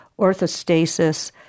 orthostasis